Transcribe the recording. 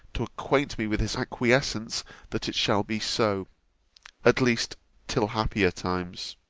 to acquaint me with his acquiescence that it shall be so at least till happier times